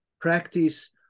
practice